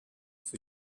for